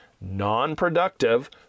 non-productive